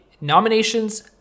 nominations